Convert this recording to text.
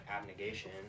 abnegation